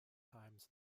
times